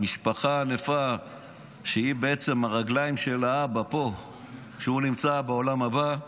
משפחה ענפה שהיא בעצם הרגליים של האבא פה כשהוא נמצא בעולם הבא.